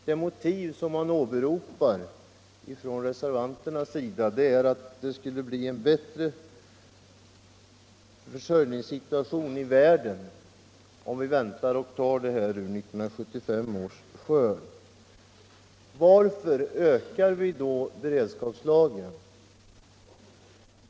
Det motiv som reservanterna åbe Onsdagen den ropar är att försörjningssituationen i världen därigenom skulle bli bättre. 26 februari 1975 Varför ökar vi då beredskapslagringen?